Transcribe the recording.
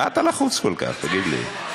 מה אתה לחוץ כל כך, תגיד לי.